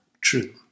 true